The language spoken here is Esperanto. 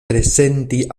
prezenti